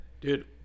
Dude